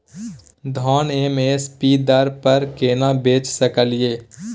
धान M S P दर पर केना बेच सकलियै?